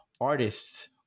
artists